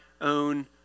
own